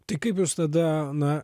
tai kaip jūs tada na